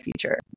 future